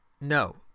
no